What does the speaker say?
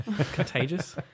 Contagious